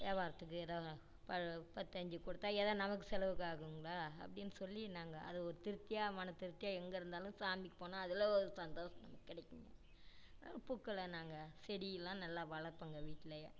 வியாபாரத்துக்கு எதாவது ப பழ பத்து அஞ்சு கொடுத்தா எதா நமக்கு செலவுக்கு ஆகுங்களா அப்படின்னு சொல்லி நாங்கள் அது ஒரு திருப்தியாக மன திருப்தியாக எங்கே இருந்தாலும் சாமிக்கு போனால் அதில் ஒரு சந்தோஷம் கிடைக்கும் பூக்களை நாங்கள் செடியெல்லாம் நல்லா வளர்ப்பங்க வீட்டுலேயே